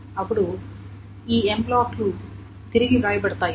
అప్పుడు ఈ M బ్లాక్లు తిరిగి వ్రాయబడతాయి